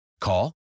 Call